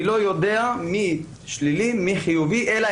אני לא יודע מי שלילי ומי חיובי אלא